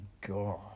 God